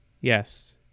Yes